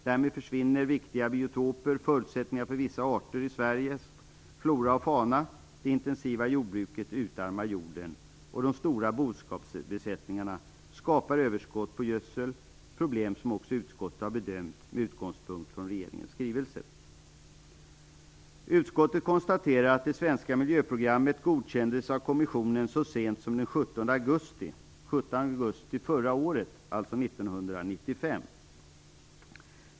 Därmed försvinner viktiga biotoper och förutsättningarna för vissa arter i Sveriges flora och fauna. Det intensiva jordbruket utarmar jorden, och de stora boskapsbesättningarna skapar överskott på gödsel - problem som också utskottet har bedömt med utgångspunkt i regeringens skrivelse. Utskottet konstaterar att det svenska miljöprogrammet godkändes av kommissionen så sent som den 17 augusti 1995.